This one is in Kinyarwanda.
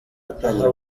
aha